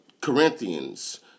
Corinthians